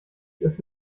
ist